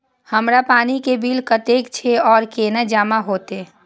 हमर पानी के बिल कतेक छे और केना जमा होते?